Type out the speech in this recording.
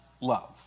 love